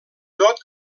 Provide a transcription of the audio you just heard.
tot